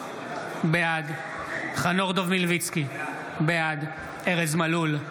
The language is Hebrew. בעד חנוך דב מלביצקי, בעד ארז מלול,